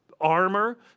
armor